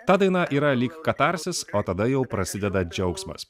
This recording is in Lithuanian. ta dainą yra lyg katarsis o tada jau prasideda džiaugsmas